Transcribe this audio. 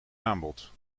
aanbod